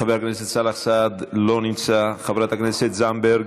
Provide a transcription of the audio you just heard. חבר הכנסת סאלח סעד, לא נמצא, חברת הכנסת זנדברג,